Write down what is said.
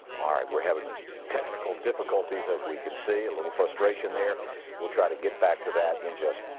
ah were having technical difficulties as we could see a little frustration there will try to get back to that in just